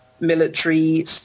Military